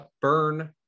Burn